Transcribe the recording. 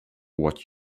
what